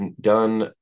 done